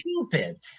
stupid